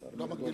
שהוא מחובת